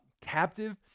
captive